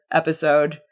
episode